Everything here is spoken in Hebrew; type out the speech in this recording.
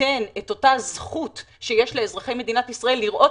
ייתן את אותה זכות לחיילים בודדים לראות